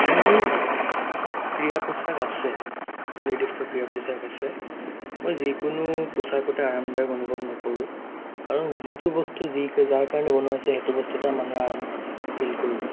মোৰ ক্ৰীয়া পোছাক আছে নিৰ্দিষ্ট ক্ৰীয়া পোছাক আছে মই যিকোনো পোছাকতে আৰামদায়ক অনুভৱ নকৰোঁ কাৰণ যিটো বস্তু যি যাৰ কাৰণে বনোৱা হৈছে সেইটো বস্তুতহে মানুহে আৰাম ফিল কৰিব